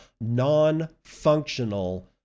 non-functional